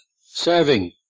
serving